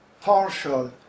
partial